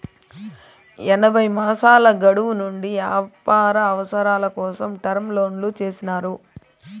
ఎనభై మాసాల గడువు నుండి వ్యాపార అవసరాల కోసం టర్మ్ లోన్లు చేసినారు